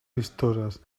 vistoses